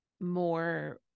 more